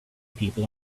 people